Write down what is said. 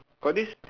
got this